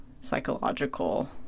psychological